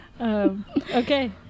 Okay